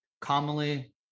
commonly